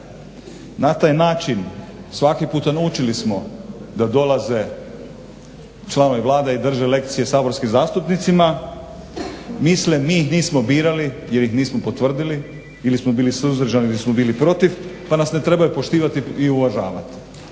Na taj način svaki puta naučili smo da dolaze članovi Vlade i drže lekcije saborskim zastupnicima. Misle, mi ih nismo birali jer ih nismo potvrdili ili smo bili suzdržani ili smo bili protiv, pa nas ne trebaju poštivati ili uvažavati.